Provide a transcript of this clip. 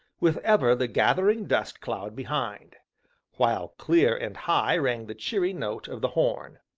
with ever the gathering dust cloud behind while clear and high rang the cheery note of the horn.